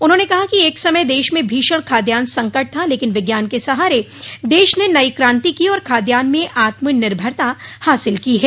उन्होंने कहा कि एक समय देश में भीषण खाद्यान संकट था लेकिन विज्ञान के सहारे देश ने नई क्रांति की और खाद्यान में आत्मनिर्भरता हासिल की है